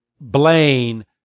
Blaine